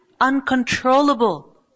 uncontrollable